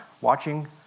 watching